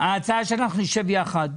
ההצעה שאנחנו נשב יחד.